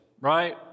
right